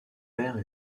père